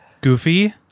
goofy